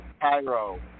Cairo